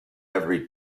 every